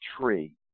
tree